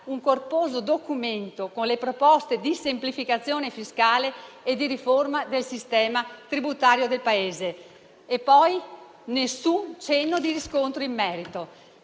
un corposo documento con le proposte di semplificazione fiscale e di riforma del sistema tributario del Paese. E poi? Nessun cenno di riscontro in merito.